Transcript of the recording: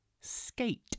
skate